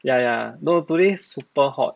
ya ya no today super hot